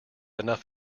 enough